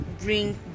bring